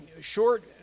short